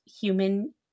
human